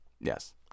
Yes